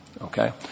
okay